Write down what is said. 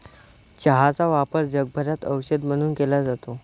चहाचा वापर जगभरात औषध म्हणून केला जातो